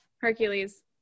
Hercules